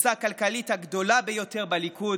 הקבוצה הכלכלית הגדולה ביותר בליכוד,